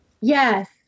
Yes